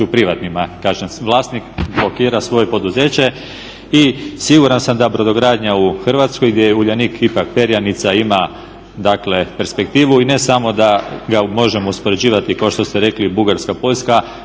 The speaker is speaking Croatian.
privatnima. Kažem vlasnik blokira svoje poduzeće i siguran sam da brodogradnja u Hrvatskoj gdje Uljanik ipak perjanica ima dakle perspektivu i ne samo da ga možemo uspoređivati kao što ste rekli Bugarska, Poljska,